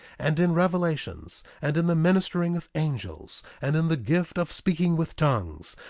and in revelations, and in the ministering of angels, and in the gift of speaking with tongues,